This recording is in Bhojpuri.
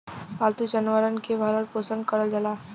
पालतू जानवरन के भरण पोसन करल जाला